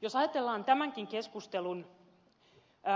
jos ajatellaan tämänkin keskustelun